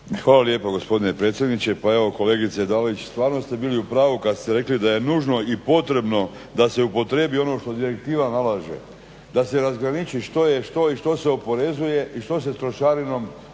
Hvala lijepa gospodine predsjedniče. Pa evo kolegice Dalić stvarno ste bili u pravu kad ste rekli da je nužno i potrebno da se upotrijebi ono što direktiva nalaže, da se razgraniči što je što i što se oporezuje i što se trošarinom